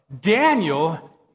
Daniel